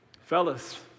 Fellas